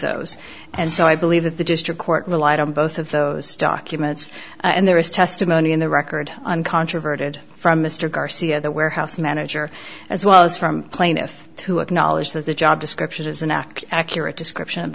those and so i believe that the district court relied on both of those documents and there is testimony in the record uncontroverted from mr garcia the warehouse manager as well as from plaintiff who acknowledged that the job description is an act accurate description